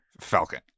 Falcon